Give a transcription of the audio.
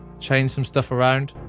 change some stuff around,